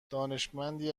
دانشمندی